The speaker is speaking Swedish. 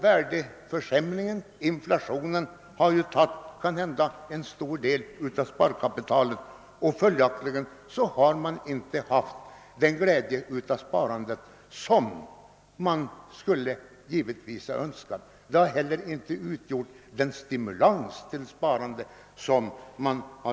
Värdeförsämringen, inflationen, har ju tagit en stor del av sparkapitalet, och följaktligen har man inte haft den glädje av sparandet som man skulle ha önskat. Detta har självfallet inte utgjort någon stimulans till sparande.